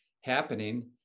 happening